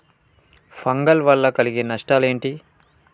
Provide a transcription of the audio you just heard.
Fungal వల్ల కలిగే నష్టలేంటి?